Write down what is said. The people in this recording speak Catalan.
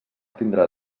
tindrà